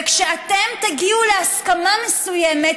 וכשאתם תגיעו להסכמה מסוימת,